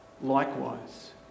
Likewise